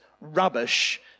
rubbish